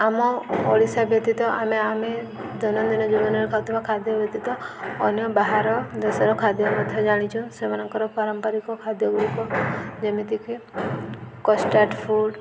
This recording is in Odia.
ଆମ ଓଡ଼ିଶା ବ୍ୟତୀତ ଆମେ ଆମେ ଦୈନନ୍ଦିନ ଜୀବନରେ ଖାଉଥିବା ଖାଦ୍ୟ ବ୍ୟତୀତ ଅନ୍ୟ ବାହାର ଦେଶର ଖାଦ୍ୟ ମଧ୍ୟ ଜାଣିଛୁ ସେମାନଙ୍କର ପାରମ୍ପାରିକ ଖାଦ୍ୟ ଗୁଡ଼ିକ ଯେମିତିକି କଷ୍ଟାର୍ଡ଼ ଫୁଡ଼୍